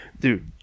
Dude